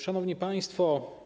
Szanowni Państwo!